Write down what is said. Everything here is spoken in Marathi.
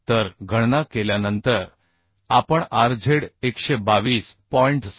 तर गणना केल्यानंतर आपण Rz 122